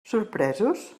sorpresos